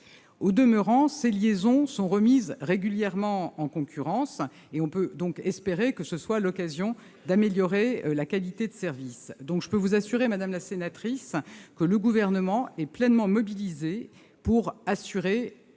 Au demeurant, ces liaisons sont remises régulièrement en concurrence, et on peut donc espérer que ce soit l'occasion d'améliorer la qualité de service. Je peux vous assurer, madame la sénatrice, que le Gouvernement est pleinement mobilisé sur